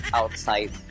outside